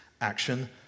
Action